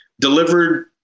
delivered